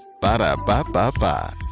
Ba-da-ba-ba-ba